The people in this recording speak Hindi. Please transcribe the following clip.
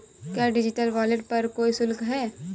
क्या डिजिटल वॉलेट पर कोई शुल्क है?